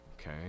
Okay